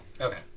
Okay